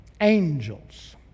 Angels